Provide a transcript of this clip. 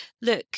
look